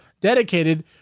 dedicated